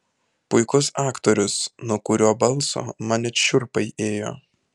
puikus aktorius nuo kurio balso man net šiurpai ėjo